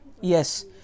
Yes